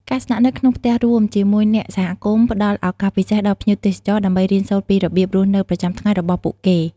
ការស្នាក់នៅក្នុងផ្ទះរួមជាមួយអ្នកសហគមន៍ផ្តល់ឱកាសពិសេសដល់ភ្ញៀវទេសចរដើម្បីរៀនសូត្រពីរបៀបរស់នៅប្រចាំថ្ងៃរបស់ពួកគេ។